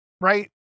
right